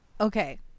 Okay